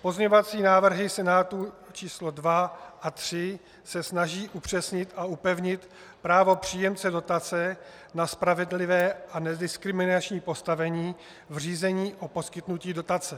Pozměňovací návrhy Senátu číslo 2 a 3 se snaží upřesnit a upevnit právo příjemce dotace na spravedlivé a nediskriminační postavení v řízení o poskytnutí dotace.